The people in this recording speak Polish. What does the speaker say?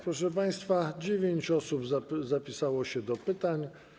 Proszę państwa, dziewięć osób zapisało się do pytań.